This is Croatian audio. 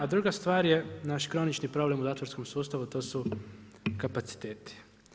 A druga stvar je naš kronični problem u zatvorskom sustavu a to su kapaciteti.